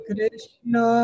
Krishna